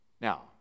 Now